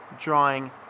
drawing